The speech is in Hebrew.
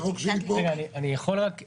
היום ב-24:00 בלילה אני רואה את התו הירוק שלי פה?